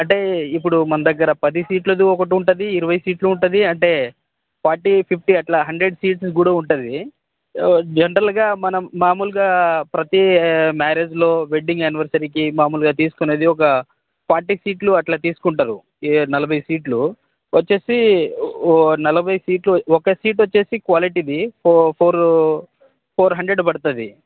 అంటే ఇప్పుడు మన దగ్గర పది షీట్లది ఒకటి ఉంటుంది ఇరవై షీట్లు ఉంటుంది అంటే ఫార్టీ ఫిఫ్టీ అలా హండ్రెడ్ షీట్స్ కూడా ఉంటుంది జనరల్గా మనం మామూలుగా ప్రతి మ్యారేజ్లో వెడ్డింగ్ యానివర్సరీకి మామూలుగా తీసుకునేది ఒక ఫార్టీ షీట్లు అలా తీసుకుంటారు నలభై షీట్లు వచ్చేసి ఓ నలభై షీట్లు ఒక షిట్ వచ్చేసి క్వాలిటీది ఫో ఫోర్ ఫోర్ హండ్రెడ్ పడుతుంది